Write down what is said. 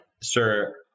sir